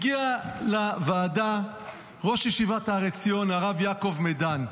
הגיע לוועדה ראש ישיבת הר עציון, הרב יעקב מדן.